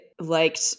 liked